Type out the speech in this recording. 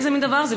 איזה מין דבר זה?